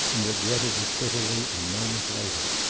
and regretted it bitterly a moment later.